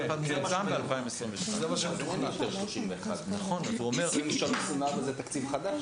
הוא אומר ש-2023-2024 זה תקציב חדש.